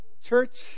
church